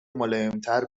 ملایمتر